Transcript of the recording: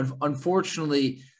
unfortunately